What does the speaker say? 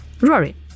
Rory